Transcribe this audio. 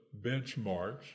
benchmarks